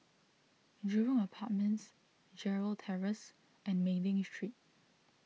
Jurong Apartments Gerald Terrace and Mei Ling Street